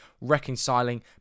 reconciling